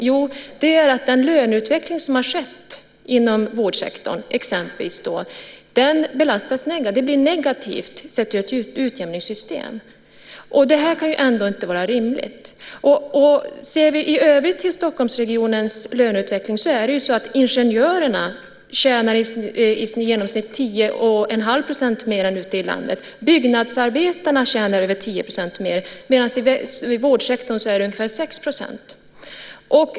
Jo, den löneutveckling som har skett inom exempelvis vårdsektorn blir då negativ sett i ett utjämningssystem. Detta kan ändå inte vara rimligt. När det gäller Stockholmsregionens löneutveckling i övrigt kan vi se att ingenjörerna i genomsnitt tjänar 10 1⁄2 % mer än ute i landet. Byggnadsarbetarna tjänar över 10 % mer. I vårdsektorn är det ungefär 6 %.